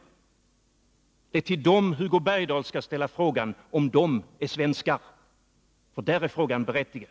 Det är alltså till dem Hugo Bergdahl skall ställa frågan om de är svenskar, för då är frågan berättigad.